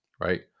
right